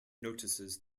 notices